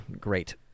Great